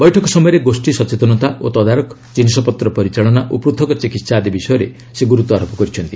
ବୈଠକ ସମୟରେ ଗୋଷ୍ଠୀ ସଚେତନତା ଓ ତଦାରଖ ଜିନିଷପତ୍ର ପରିଚାଳନା ଓ ପୃଥକ ଚିକିତ୍ସା ଆଦି ବିଷୟରେ ସେ ଗୁରୁତ୍ୱାରୋପ କରିଛନ୍ତି